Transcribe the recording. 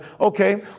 okay